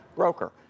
broker